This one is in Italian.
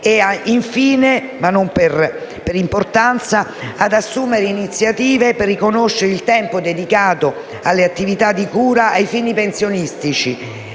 In ultimo, ma non per importanza, chiediamo di assumere iniziative per riconoscere il tempo dedicato alle attività di cura ai fini pensionistici